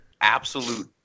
Absolute